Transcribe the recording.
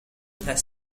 has